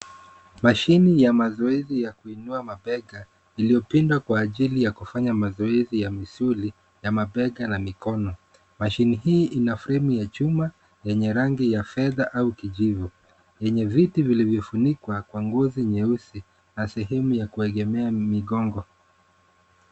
Mashini ya mazoezi ya kuinua mabega ,iliyopinda kwa ajili ya kufanya mazoezi ya misuli ya mabega na mikono. Mashini hii Ina fremu ya chuma yenye rangi ya fedha au kijivu ,yenye viti viivyofunikwa kwa ngozi nyeusi na sehemu ya kuegemea migongo .